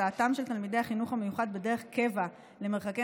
הסעתם של תלמידי החינוך המיוחד בדרך קבע למרחקי